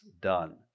done